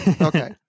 okay